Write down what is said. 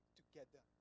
together